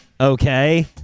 Okay